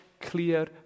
clear